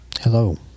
Hello